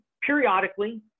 periodically